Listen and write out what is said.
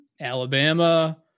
Alabama